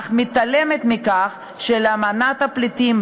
אך מתעלמת מכך שלאמנה בדבר מעמדם של פליטים,